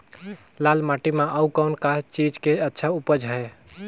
लाल माटी म अउ कौन का चीज के अच्छा उपज है?